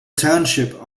township